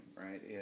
right